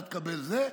אתה תקבל זה,